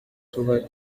tubari